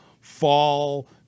fall